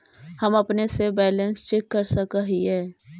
हम अपने से बैलेंस चेक कर सक हिए?